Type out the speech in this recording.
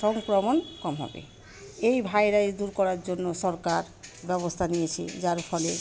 সংক্রমণ কম হবে এই ভাইরাস দূর করার জন্য সরকার ব্যবস্থা নিয়েছে যার ফলে